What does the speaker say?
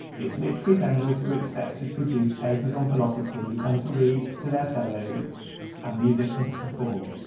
its literary members were expected to produce papers on philosophy and to read to their fellows and musicians to perform.